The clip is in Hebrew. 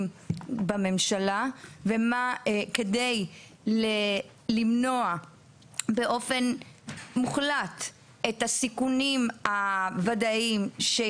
בממשלה כדי למנוע באופן מוחלט את הסיכונים הוודאיים של